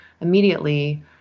immediately